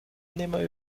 nimmer